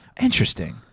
Interesting